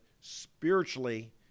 spiritually